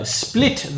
split